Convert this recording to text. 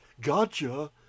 gotcha